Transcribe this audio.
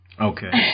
Okay